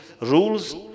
rules